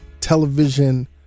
television